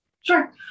Sure